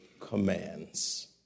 commands